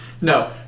No